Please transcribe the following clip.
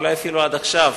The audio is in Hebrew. אולי אפילו עד עכשיו,